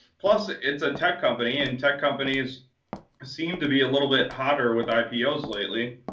plus ah it's a tech company, and tech companies seem to be a little bit hotter with ipos lately.